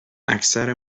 اکثر